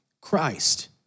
Christ